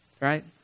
Right